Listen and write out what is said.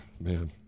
man